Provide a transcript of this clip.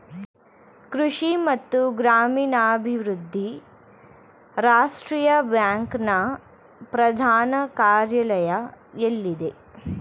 ಕೃಷಿ ಮತ್ತು ಗ್ರಾಮೀಣಾಭಿವೃದ್ಧಿ ರಾಷ್ಟ್ರೀಯ ಬ್ಯಾಂಕ್ ನ ಪ್ರಧಾನ ಕಾರ್ಯಾಲಯ ಎಲ್ಲಿದೆ?